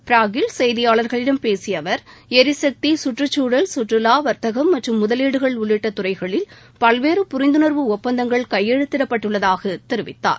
பிராக்கில் செய்தியாளர்களிடம் பேசிய அவர் எரிசக்தி சுற்றுச்சூழல் சுற்றுவா வர்த்தகம் மற்றும் முதலீகள் உள்ளிட்ட துறைகளில் பல்வேறு புரிந்துணர்வு ஒப்பந்தங்கள் கையெழுத்திடப்பட்டுள்ளதாக தெரிவித்தார்